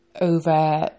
over